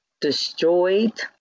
destroyed